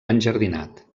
enjardinat